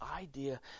idea